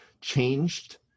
changed